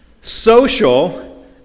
social